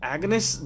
Agnes